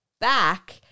back